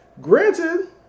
Granted